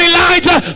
Elijah